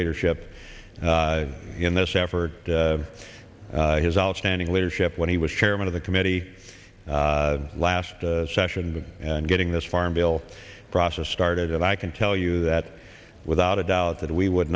leadership in this effort and his outstanding leadership when he was chairman of the committee last session and getting this farm bill process started and i can tell you that without a doubt that we would